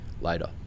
later